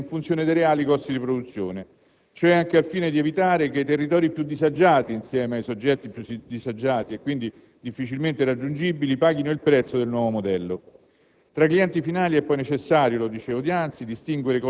stabilendo così tetti e limiti alla dinamica dei prezzi in funzione dei reali costi di produzione. Ciò anche al fine di evitare che i territori più disagiati - insieme ai soggetti più disagiati - e quindi difficilmente raggiungibili paghino il prezzo del nuovo modello.